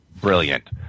brilliant